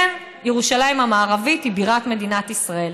כן, ירושלים המערבית היא בירת מדינת ישראל,